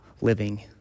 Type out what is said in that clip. living